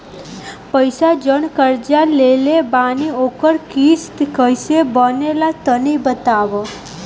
पैसा जऊन कर्जा लेले बानी ओकर किश्त कइसे बनेला तनी बताव?